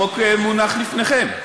החוק מונח לפניכם.